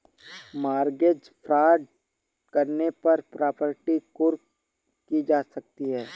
mortgage fraud करने पर property कुर्क की जा सकती है